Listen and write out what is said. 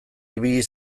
ibili